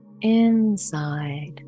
inside